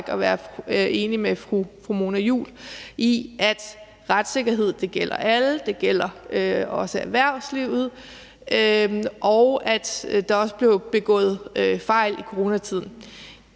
at være enig med fru Mona Juul i, at retssikkerhed gælder alle, at det også gælder erhvervslivet, og at der også blev begået fejl i coronatiden.